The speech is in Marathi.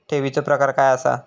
ठेवीचो प्रकार काय असा?